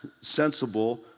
sensible